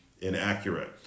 inaccurate